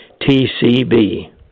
TCB